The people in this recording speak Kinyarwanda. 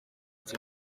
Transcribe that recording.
cya